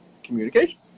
communication